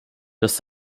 dass